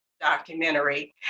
documentary